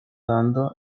dando